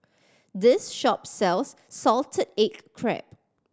this shop sells salted egg crab